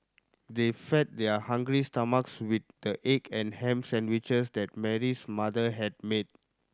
they fed their hungry stomachs with the egg and ham sandwiches that Mary's mother had made